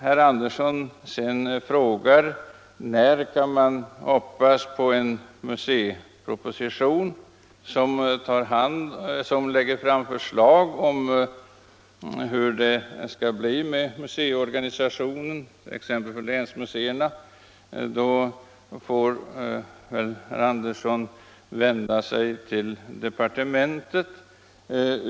Herr Andersson i Södertälje frågar sedan när man kan hoppas på en museiproposition som lägger fram förslag om hur det skall bli med museiorganisationen, t.ex. med tanke på länsmuseerna. Då får väl herr Andersson vända sig till departementet.